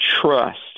trust